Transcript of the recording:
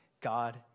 God